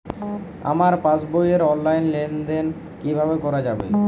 আমার পাসবই র অনলাইন লেনদেন কিভাবে করা যাবে?